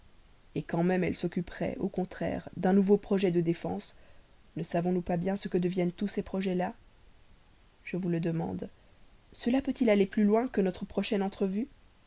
idée quand même elle s'occuperait au contraire d'un nouveau projet de défense ne savons-nous pas bien ce que deviennent tous ces projets là je vous le demande cela peut-il aller plus loin que notre prochaine entrevue